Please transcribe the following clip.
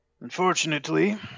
Unfortunately